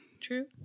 True